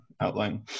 outline